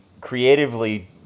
creatively